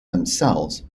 themselves